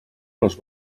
les